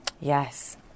Yes